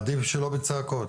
עדיף שלא בצעקות,